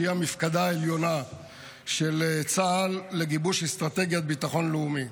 שהיא המפקדה העליונה של צה"ל לגיבוש אסטרטגיית ביטחון לאומי.